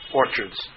orchards